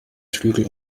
flügel